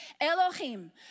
Elohim